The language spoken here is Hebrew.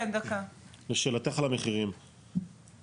אנחנו